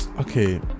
okay